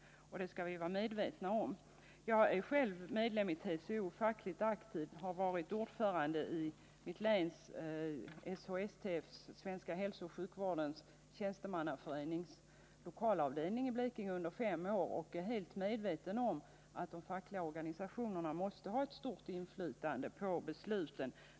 Det skall vi vara medvetna om. Jag är själv medlem i TCO och fackligt aktiv. Jag har varit ordförande i Blekinge läns lokalavdelning av Svenska hälsooch sjukvårdens tjänstemannaförening under fem år, och jag är helt medveten om att de fackliga organisationerna måste ha stort inflytande på besluten.